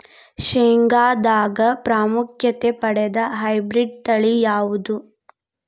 ಶೇಂಗಾದಾಗ ಪ್ರಾಮುಖ್ಯತೆ ಪಡೆದ ಹೈಬ್ರಿಡ್ ತಳಿ ಯಾವುದು?